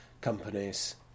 companies